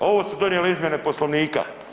Ovo su donijele izmjene Poslovnika.